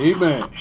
Amen